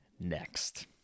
Next